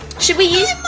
should we use.